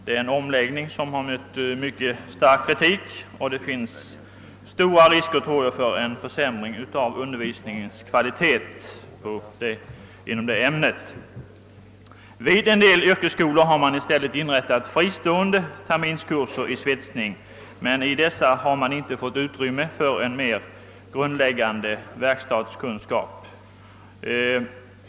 Denna omläggning har väckt mycket stark kritik och jag tror att det finns stora risker för en försämring av undervisningens kvalitet inom det ämnet. Vid en del yrkesskolor har man i stället inrättat fristående terminskurser i svetsning men inom dessa har man inte fått utrymme för en mer grundläggande verkstadskunskap.